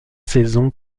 saisons